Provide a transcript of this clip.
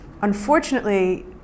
Unfortunately